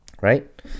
right